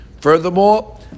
Furthermore